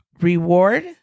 reward